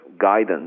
guidance